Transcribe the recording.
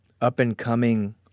up-and-coming